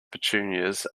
petunias